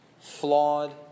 flawed